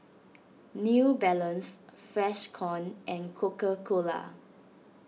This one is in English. New Balance Freshkon and Coca Cola